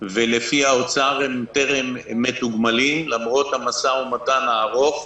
ולפי האוצר הם טרם מתוגמלים למרות המשא ומתן הארוך.